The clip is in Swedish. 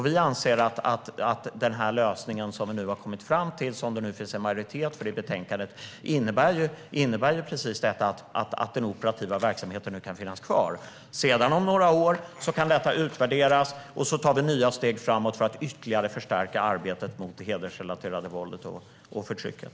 Vi anser att den lösning som vi nu har kommit fram till och som det finns en majoritet för innebär att den operativa verksamheten kan finnas kvar. Om några år kan detta utvärderas, och så tar vi nya steg framåt för att ytterligare förstärka arbetet mot det hedersrelaterade våldet och förtrycket.